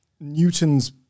newton's